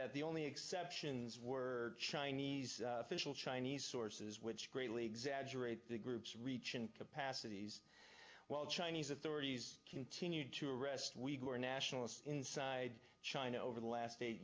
that the only exceptions were chinese official chinese sources which greatly exaggerate the group's reach in capacities while chinese authorities continue to arrest we were nationalists inside china over the last eight